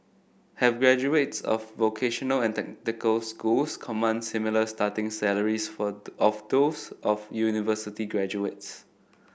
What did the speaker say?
have graduates of vocational and technical schools command similar starting salaries for of those of university graduates